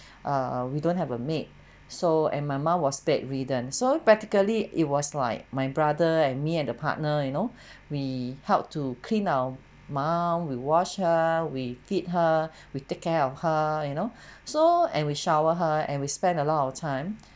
err we don't have a maid so and my mom was bedridden so practically it was like my brother and me and the partner you know we help to clean our mum we wash her we feed her we take care of her you know so and we shower her and we spend a lot of time